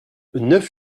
neuf